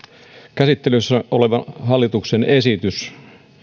käsittelyssä oleva hallituksen esitys